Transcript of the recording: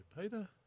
Peter